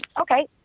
Okay